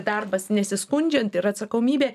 darbas nesiskundžiant ir atsakomybė